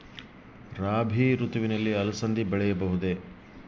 ರಾಭಿ ಋತುವಿನಲ್ಲಿ ಅಲಸಂದಿ ಬೆಳೆಯಬಹುದೆ?